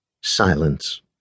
silence